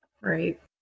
Right